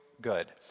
good